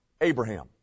Abraham